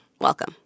Welcome